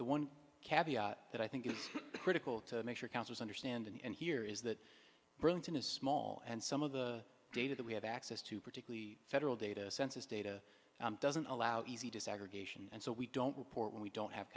the one that i think is critical to make sure councils understand and here is that brings in a small and some of the data that we have access to particularly federal data census data doesn't allow easy desegregation and so we don't report when we don't have